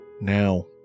now